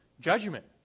judgment